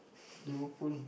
Liverpool